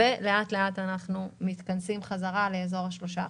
ולאט-לאט אנחנו מתכנסים חזרה לאזור ה-3%.